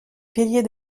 pilier